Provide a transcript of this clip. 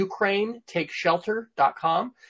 ukrainetakeshelter.com